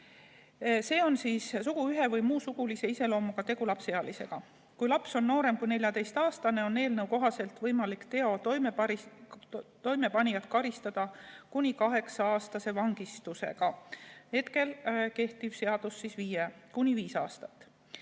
§ 145 (suguühe või muu sugulise iseloomuga tegu lapseealisega) sanktsioonimäära. Kui laps on noorem kui 14‑aastane, on eelnõu kohaselt võimalik teo toimepanijat karistada kuni kaheksa-aastase vangistusega. Hetkel kehtiva seaduse järgi on see kuni viis aastat.